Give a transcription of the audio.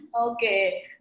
Okay